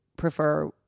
prefer